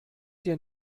dir